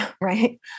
Right